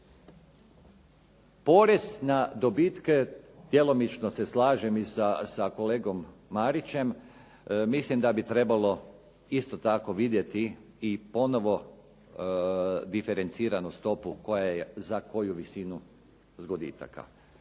Porez na dobitke, djelomično se slažem i sa kolegom Marićem, mislim da bi trebalo isto tako vidjeti i ponovno diferenciranu stopa koja je za koju visinu zgoditaka.